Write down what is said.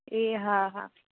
એ હા હા